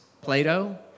Plato